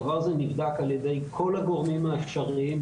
הדבר הזה נבדק על ידי כל הגורמים האפשריים,